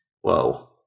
Whoa